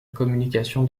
communication